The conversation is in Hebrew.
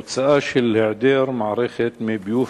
תוצאה של היעדר מערכת מי ביוב,